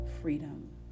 freedom